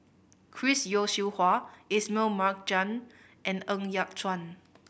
Chris Yeo Siew Hua Ismail Marjan and Ng Yat Chuan